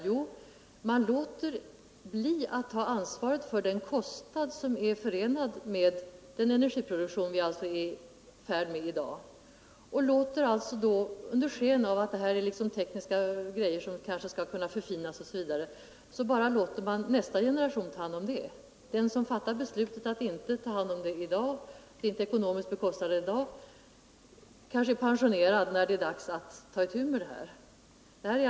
Jo, det betyder att man låter bli att ta ansvaret för den energi som vi i dag producerar, och under sken av att detta är tekniska frågor som man kanske kan lösa längre fram låter man helt enkelt nästa generation ta hand om hela saken. Den som fattar beslut om att inte ta hand om avfallet i dag och att stå för kostnaderna i samband därmed kanske är pensionerad när det är dags att ta itu med frågorna på allvar.